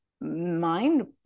mind